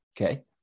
Okay